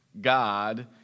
God